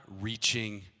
reaching